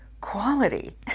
quality